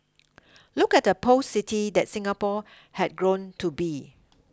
look at the post city that Singapore had grown to be